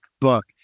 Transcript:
book